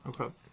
Okay